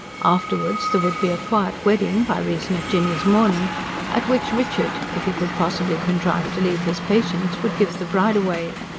afterwards there would be a quiet wedding by reason of jinny's mourning at which richard, if he could possibly contrive to leave his patients, would give the bride away.